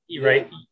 Right